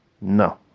No